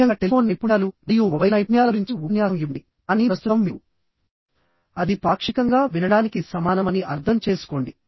ముఖ్యంగా టెలిఫోన్ నైపుణ్యాలు మరియు మొబైల్ నైపుణ్యాల గురించి ఉపన్యాసం ఇవ్వండి కానీ ప్రస్తుతం మీరు అది పాక్షికంగా వినడానికి సమానమని అర్థం చేసుకోండి